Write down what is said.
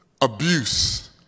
Abuse